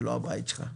זה לא הבית שלך.